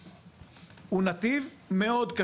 יש נתיב של גיור.